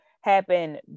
happen